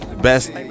Best